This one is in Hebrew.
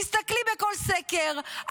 תסתכלי בכל סקר,